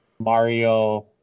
Mario